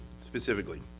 specifically